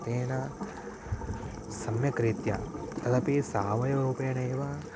तेन सम्यक् रीत्या तदपि सावयवरूपेणैव